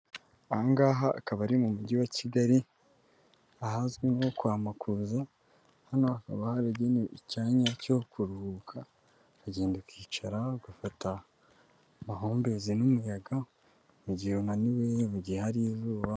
Aha ngaha akaba ari mu mujyi wa Kigali ahazwi nko kwa Makuza, hano hakaba haragenewe icyanya cyo kuruhuka. Ukagenda ukicara ugafata amahumbezi n'umuyaga, mu gihe unaniwe mu gihe hari izuba